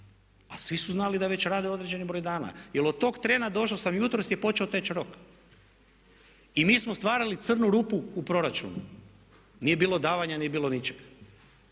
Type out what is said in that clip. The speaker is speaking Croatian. a svi su znali da već rade određeni broj dana. Jer od tog trena došao sam jutros je počeo teći rok i mi smo stvarali crnu rupu u proračunu, nije bilo davanja, nije bilo ničeg.